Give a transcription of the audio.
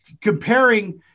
comparing